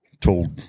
told